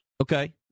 Okay